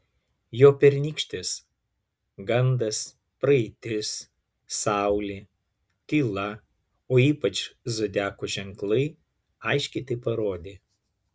jo pernykštės gandas praeitis saulė tyla o ypač zodiako ženklai aiškiai tai parodė